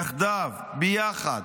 יחדיו, ביחד,